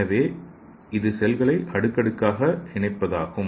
எனவே இது செல்களை அடுக்கடுக்காக இணைப்பதாகும்